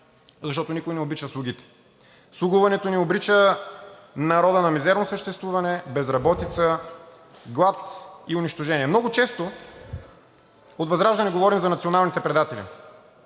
защото никой не обича слугите. Слугуването ни обрича народа на мизерно съществуване, безработица, глад и унищожение. Много често от ВЪЗРАЖДАНЕ говорим за националните предатели.